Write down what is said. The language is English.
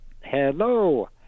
Hello